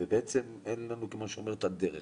ובעצם אין לנו את הדרך.